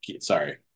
sorry